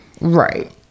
right